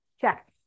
check